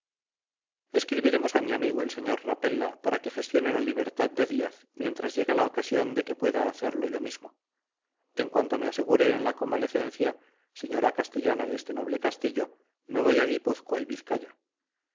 escribiremos a mi amigo el sr rapella para que gestione la libertad de díaz mientras llega la ocasión de que pueda hacerlo yo mismo en cuanto me asegure en la convalecencia señora castellana de este noble castillo me voy a guipúzcoa y vizcaya